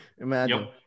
Imagine